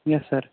yes sir